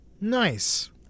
nice